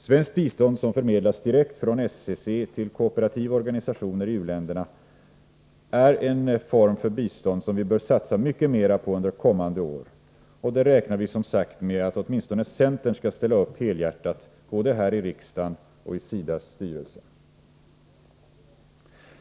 Svenskt bistånd som förmedlas direkt från SCC till kooperativa organisationer i u-länderna är en form för bistånd som vi bör satsa mycket mera på under kommande år, och där räknar vi som sagt med att åtminstone centern skall ställa upp helhjärtat både här i riksdagen och i SIDA:s styrelse.